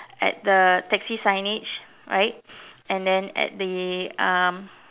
at the taxi signage right and then at the um